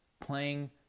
playing